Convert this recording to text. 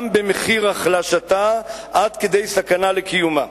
גם במחיר החלשתה עד כדי סכנה לקיומה.